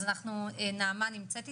אז אנחנו נגיע פשוט לסיכומים,